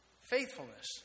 faithfulness